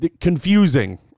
Confusing